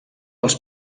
els